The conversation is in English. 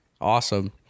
Awesome